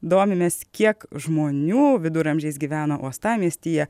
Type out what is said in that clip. domimės kiek žmonių viduramžiais gyveno uostamiestyje